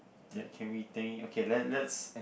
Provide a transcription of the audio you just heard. ok~ can we think okay let let's